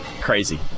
crazy